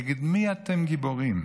נגד מי אתם גיבורים?